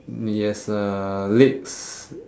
it has uh legs